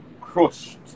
crushed